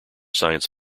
science